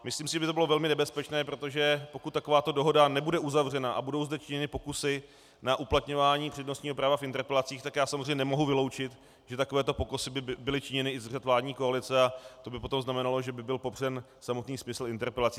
Myslím si, že by to bylo velmi nebezpečné, protože pokud takováto dohoda nebude uzavřena a budou zde činěny pokusy na uplatňování přednostního práva v interpelacích, tak já samozřejmě nemohu vyloučit, že takovéto pokusy by byly činěny i z řad vládní koalice, a to by potom znamenalo, že by byl popřen samotný smysl interpelací.